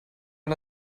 man